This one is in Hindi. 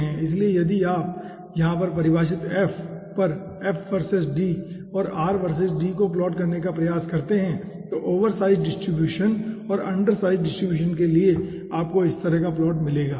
इसलिए यदि आप यहाँ पर परिभाषित F पर F वर्सेज d और R वर्सेज d को प्लॉट करने का प्रयास करते हैं तो ओवरसाइज डिस्ट्रीब्यूशन और अंडरसाइज डिस्ट्रीब्यूशन के लिए आपको इस तरह का प्लॉट मिलेगा